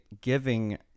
giving